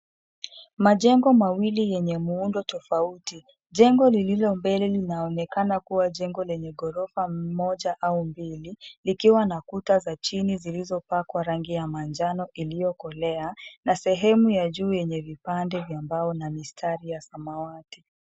Majengo mawili yenye muundo tofauti. Jengo lililo mbele linaonekana kuwa jengo lenye ghorofa mmoja au mbili. Likiwa na kuta za chini zilizopakwa rangi ya manjano iliyokolea. Na sehemu ya juu yenye vipande vya mbao na mistari ya samawati.